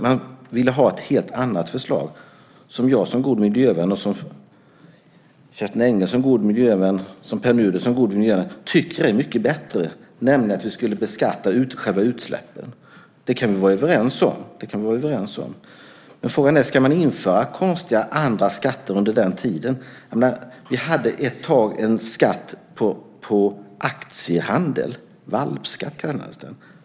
Man vill ha ett helt annat förslag, som jag som god miljövän, som Kerstin Engle som god miljövän och som Pär Nuder som god miljövän tycker är mycket bättre, nämligen att vi skulle beskatta själva utsläppen. Det kan vi vara överens om. I stället ska man införa andra konstiga andra skatter under tiden. Vi hade ett tag en skatt på aktiehandeln, valpskatt kallades den.